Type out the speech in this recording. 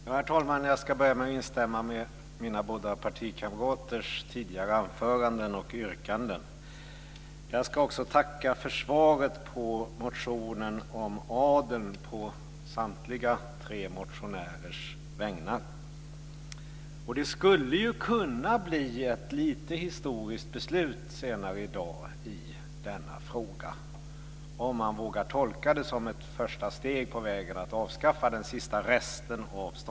Herr talman! Jag börjar med att instämma i mina båda partikamraterns tidigare anföranden och yrkanden. Jag tackar också å samtliga tre motionärers vägnar för svaret på motionen om adeln. Det skulle ju kunna bli ett lite historiskt beslut senare i dag i denna fråga, om man vågar tolka det som ett första steg på vägen mot att avskaffa den sista resten av ståndssamhället.